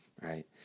right